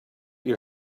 your